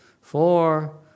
four